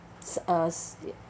uh